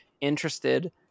interested